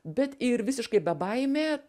bet ir visiškai bebaimė